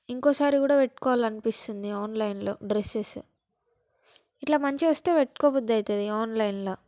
ఇంకోసారి కూడా పెట్టుకోవాలనిపిస్తుంది ఆన్లైన్లో డ్రసెస్సు ఇట్లా మంచిగావస్తే పెట్టుకోబుద్ధి అవుతుంది ఆన్లైన్లో